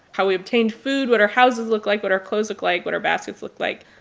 how we obtained food, what our houses looked like, what our clothes looked like, what our baskets looked like,